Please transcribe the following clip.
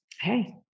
Hey